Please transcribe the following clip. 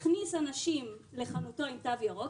הכניס אנשים לחנותו עם תו ירוק,